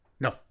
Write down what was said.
No